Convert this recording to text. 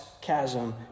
chasm